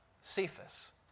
Cephas